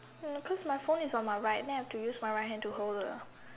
um cause my phone is on my right and then I have to use my right hand to hold the